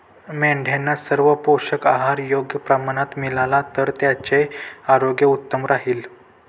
मेंढ्यांना सर्व पोषक आहार योग्य प्रमाणात मिळाला तर त्यांचे आरोग्य उत्तम राहील